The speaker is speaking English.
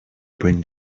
bring